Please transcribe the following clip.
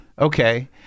Okay